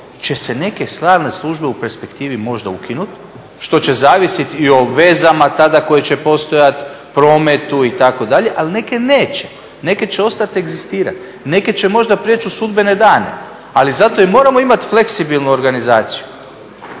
će se neke stalne službe u perspektivi možda ukinut što će zavisiti i o vezama tada koje će postojat, prometu itd. ali neke neće, neke će ostati egzistirat, neke će možda preći u sudbene dana. Ali zato i moramo imati fleksibilnu organizaciju.